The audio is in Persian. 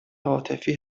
عاطفی